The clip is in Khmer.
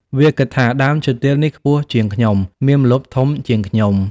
វាគិតថា៖ "ដើមឈើទាលនេះខ្ពស់ជាងខ្ញុំ មានម្លប់ធំជាងខ្ញុំ។